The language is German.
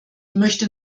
möchte